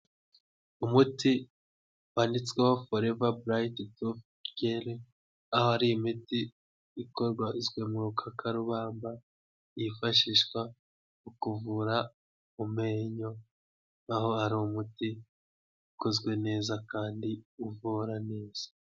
Umuti wanditsweho forever bright toothgel, ahari imiti ikorwa zwe murukakarubamba, yifashishwa mu kuvura mu menyo, aho hari umuti ukozwe neza kandi uvura neza.